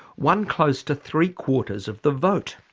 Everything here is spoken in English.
won close to three quarters of the vote.